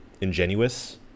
ingenuous